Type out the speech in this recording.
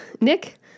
Nick